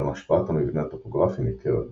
אולם השפעת המבנה הטופוגרפי ניכרת בהן.